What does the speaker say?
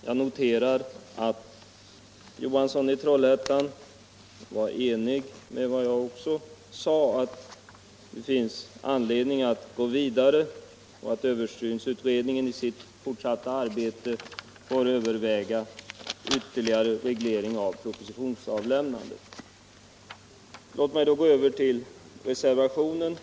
Jag noterar att herr Johansson i Trollhättan var ense med mig om att det finns anledning att gå vidare och att översynsutredningen i sitt fortsatta arbete bör få överväga ytterligare reglering av propositionsavlämnandet. Låt mig gå över till reservationen 2.